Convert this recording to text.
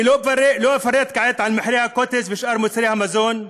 אני לא אפרט כעת על מחירי הקוטג' ושאר מוצרי המזון.